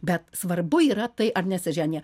bet svarbu yra tai ar nesiženija